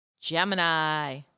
Gemini